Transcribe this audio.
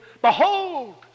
Behold